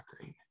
great